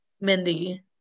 mindy